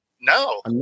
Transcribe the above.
No